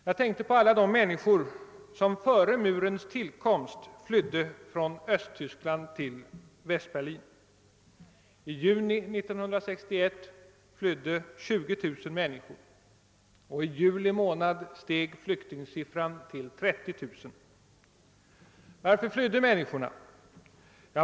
Jag tänkte på alla de människor, som före murens tillkomst flydde från öÖsttyskland till Västberlin. I juni 1961 flydde 20000 människor och i juli månad steg flyktingsiffran till 30 000. Varför flydde människorna?